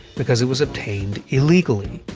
because it was obtained illegally.